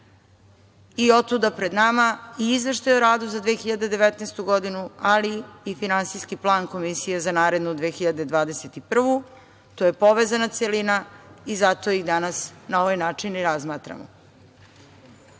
i otuda pred nama i Izveštaj o radu za 2019. godinu, ali i finansijski plan Komisije za narednu 2021. godinu. To je povezana celina i zato i danas na ovaj način razmatramo. Kada